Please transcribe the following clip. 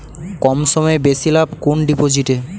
কম সময়ে বেশি লাভ কোন ডিপোজিটে?